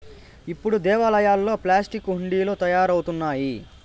ఇప్పుడు దేవాలయాల్లో ప్లాస్టిక్ హుండీలు తయారవుతున్నాయి